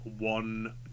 one